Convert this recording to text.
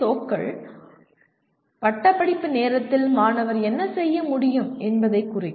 ஓக்கள் பட்டப்படிப்பு நேரத்தில் மாணவர் என்ன செய்ய முடியும் என்பதைக் குறிக்கும்